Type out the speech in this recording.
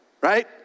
right